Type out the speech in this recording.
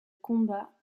combat